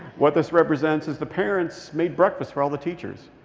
what this represents is the parents made breakfast for all the teachers.